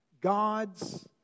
God's